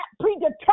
predetermined